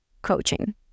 coaching